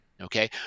okay